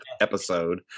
episode